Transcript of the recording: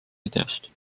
videost